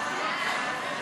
ההצעה להעביר